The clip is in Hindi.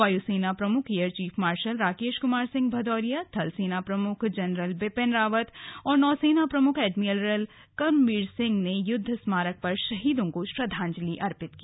वायुसेना प्रमुख air chief marshal Rakesh Kumar Singh Bhadauria थल सेना प्रमुख जनरल बिपिन रावत और नौसेना प्रमुख एडमिरल कर्मवीर सिंह ने युद्ध स्मारक पर शहीदों को श्रद्वांजलि अर्पित की